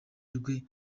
rwe